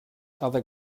other